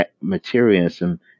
materialism